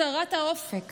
הצרת האופק